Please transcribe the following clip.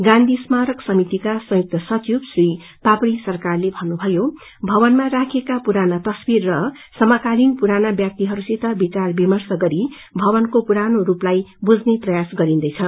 गांधी स्मारक समितिका संयुक्त सचिव श्री पापड़ी सरकारले भन्नुभ्जयो भवनामा राखिएका पुराना तस्वीर र समकालिन पुरा व्याक्तितवहरूसित विचार विम्रश गरी भवनको पुरानो रूपलाई बुझ्ने प्रयास गरिन्दैछ